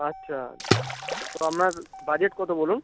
আচ্ছা তো আপনার বাজেট কত বলুন